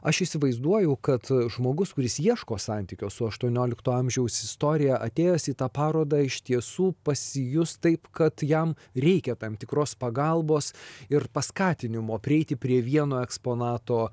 aš įsivaizduoju kad žmogus kuris ieško santykio su aštuoniolikto amžiaus istorija atėjęs į tą parodą iš tiesų pasijus taip kad jam reikia tam tikros pagalbos ir paskatinimo prieiti prie vieno eksponato